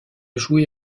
joué